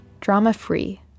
drama-free